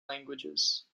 languages